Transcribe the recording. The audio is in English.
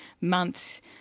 months